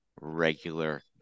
regular